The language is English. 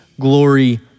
glory